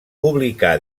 publicà